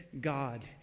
God